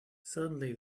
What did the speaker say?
suddenly